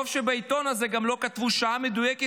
טוב שבעיתון הזה גם לא כתבו שעה מדויקת